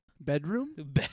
Bedroom